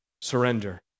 surrender